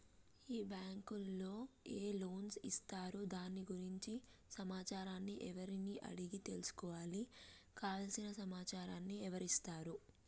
ఈ బ్యాంకులో ఏ లోన్స్ ఇస్తారు దాని గురించి సమాచారాన్ని ఎవరిని అడిగి తెలుసుకోవాలి? కావలసిన సమాచారాన్ని ఎవరిస్తారు?